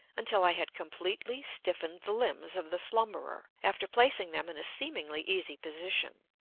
until i had completely stiffened the limbs of the slumberer, after placing them in a seemingly easy position.